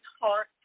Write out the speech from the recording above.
heart